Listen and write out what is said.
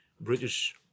British